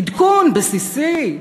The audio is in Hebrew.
עדכון בסיסי.